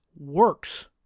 works